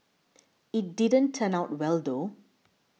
it didn't turn out well though